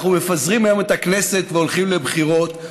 אנחנו מפזרים היום את הכנסת והולכים לבחירות.